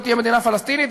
לא תהיה מדינה פלסטינית.